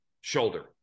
shoulder